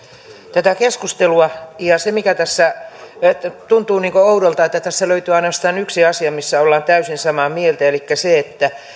tätä keskustelua se mikä tässä tuntuu oudolta on että tässä löytyy ainoastaan yksi asia mistä ollaan täysin samaa mieltä elikkä se että